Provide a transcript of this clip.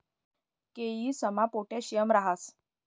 केयीसमा पोटॅशियम राहस